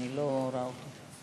אני לא רואה אותו.